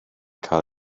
cael